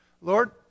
Lord